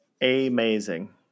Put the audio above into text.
amazing